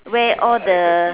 wear all the